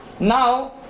now